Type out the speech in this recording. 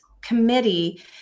committee